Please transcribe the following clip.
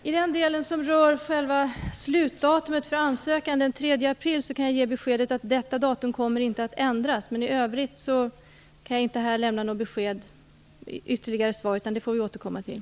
Fru talman! I den del som rör själva slutdatumet för själva sökandet, den 3 april, kan jag ge beskedet att det inte kommer att ändras. I övrigt kan jag inte här lämna några ytterligare besked, utan det får vi återkomma till.